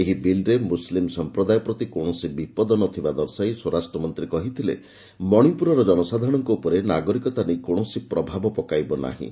ଏହି ବିଲ୍ରେ ମୁସ୍ଲିମ୍ ସମ୍ପ୍ରଦାୟ ପ୍ରତି କୌଣସି ବିପଦ ନ ଥିବା ଦର୍ଶାଇ ସ୍ୱରାଷ୍ଟ୍ର ମନ୍ତ୍ରୀ କହିଥିଲେ ମଣିପୁରର ଜନସାଧାରଣଙ୍କ ଉପରେ ନାଗରିକତା ନେଇ କୌଣସି ପ୍ରଭାବ ପକାଇବ ନାହିଁ